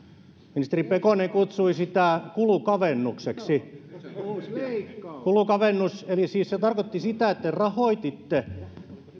ministeri pekonen kutsui sitä kulukavennukseksi se kulukavennus tarkoitti siis sitä että te rahoititte